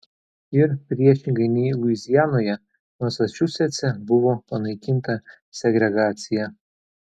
ir priešingai nei luizianoje masačusetse buvo panaikinta segregacija